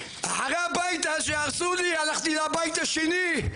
אחרי הבית שהרסו לי הלכתי לבית השני,